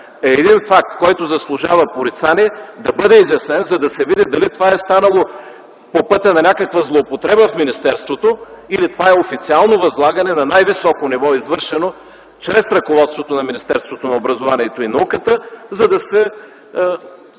един факт, който заслужава порицание, да бъде изяснен, за да се види дали това е станало по пътя на някаква злоупотреба в министерството или това е официално възлагане на най-високо ниво, извършено чрез ръководството на Министерството на образованието, младежта и науката, за да се